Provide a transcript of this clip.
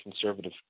conservative